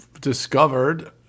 discovered